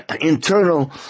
internal